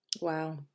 Wow